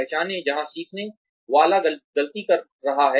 पहचाने जहां सीखने वाला गलती कर रहा है